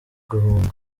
guhunga